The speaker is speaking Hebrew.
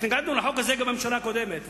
התנגדנו לחוק הזה גם בממשלה הקודמת,